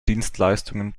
dienstleistungen